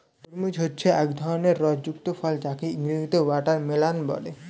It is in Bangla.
তরমুজ হচ্ছে এক ধরনের রস যুক্ত ফল যাকে ইংরেজিতে ওয়াটারমেলান বলে